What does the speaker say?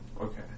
Okay